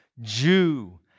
Jew